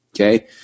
okay